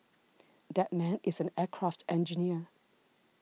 that man is an aircraft engineer